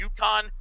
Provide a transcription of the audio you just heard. uconn